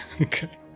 Okay